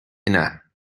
ina